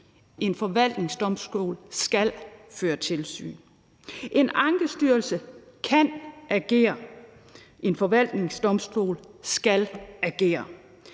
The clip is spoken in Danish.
en forvaltningsdomstol skal føre tilsyn. En ankestyrelse kan agere, en forvaltningsdomstol skal agere.